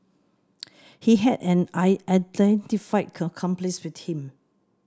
he had an unidentified accomplice with him